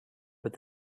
but